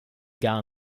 gar